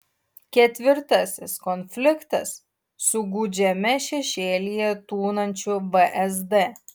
ketvirtasis konfliktas su gūdžiame šešėlyje tūnančiu vsd